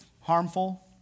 harmful